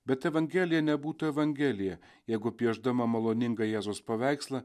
bet evangelija nebūtų evangelija jeigu piešdama maloningą jėzaus paveikslą